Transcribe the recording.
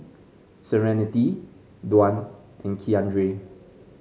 Serenity Dwan and Keandre